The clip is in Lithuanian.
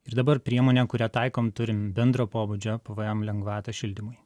ir dabar priemonė kurią taikom turim bendro pobūdžio pvm lengvatą šildymui